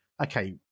okay